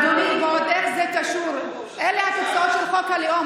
אין לזה שום קשר לחוק הלאום.